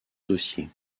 dossier